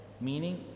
meaning